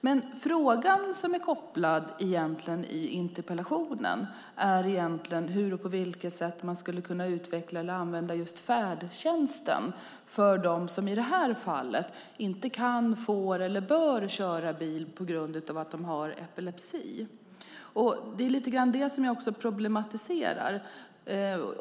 Men frågan i interpellationen är just hur man skulle kunna utveckla eller använda just färdtjänsten för dem som i det här fallet inte kan, får eller bör köra bil på grund av att de har epilepsi. Det är lite grann det som jag problematiserar.